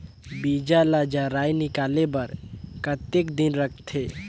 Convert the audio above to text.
बीजा ला जराई निकाले बार कतेक दिन रखथे?